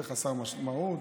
זה חסר משמעות,